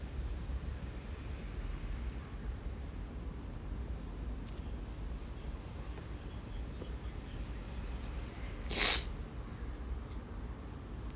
I